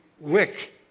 wick